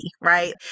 right